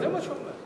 זה משהו אחר,